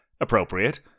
appropriate